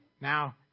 now